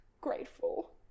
grateful